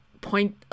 point